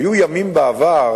היו ימים בעבר